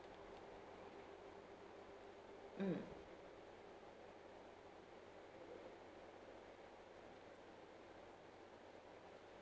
mm